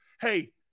hey